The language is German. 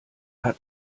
hat